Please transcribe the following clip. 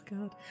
God